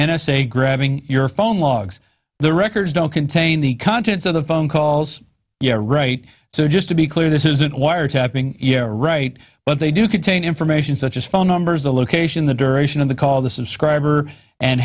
a grabbing your phone logs the records don't contain the contents of the phone calls you are right so just to be clear this isn't wiretapping right but they do contain information such as phone numbers the location the duration of the call the subscriber and